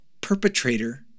perpetrator